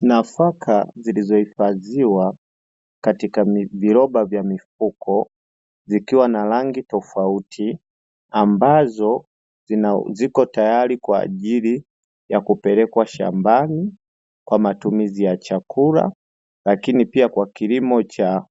Nafaka zilizohifadhiwa katika viroba vya mifuko zikiwa na rangi tofauti, ambazo ziko tayari kwa ajili ya kupelekwa shambani kwa matumizi ya chakula, lakini pia kwa kilimo cha